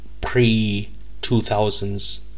pre-2000s